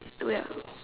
well